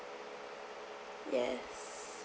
yes